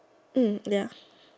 ya